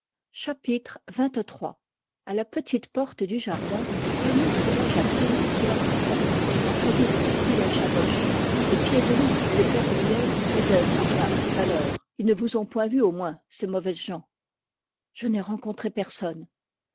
la petite porte du jardin fanny trouva jacquine qui l'attendait entrez vite dit la chavoche les piédeloup et les perdriel rôdaient par là tout à l'heure ils ne vous ont point vue au moins ces mauvaises gens je n'ai rencontré personne